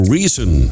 Reason